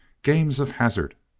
games of hazard.